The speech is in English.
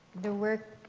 the work.